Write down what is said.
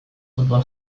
futbol